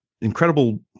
incredible